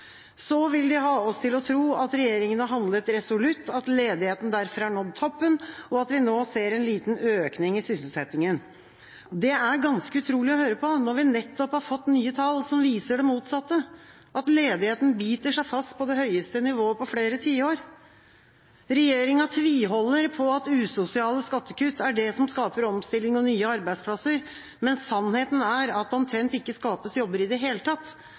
Så vil de ha oss til å tro at regjeringa har handlet resolutt, at ledigheten derfor har nådd toppen, og at vi nå ser en liten økning i sysselsettingen. Det er ganske utrolig å høre på når vi nettopp har fått nye tall som viser det motsatte – at ledigheten biter seg fast på det høyeste nivået på flere tiår. Regjeringa tviholder på at usosiale skattekutt er det som skaper omstilling og nye arbeidsplasser, mens sannheten er at det omtrent ikke skapes jobber i det hele tatt,